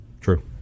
true